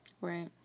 Right